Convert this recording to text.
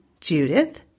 Judith